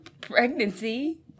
Pregnancy